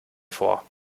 vor